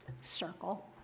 circle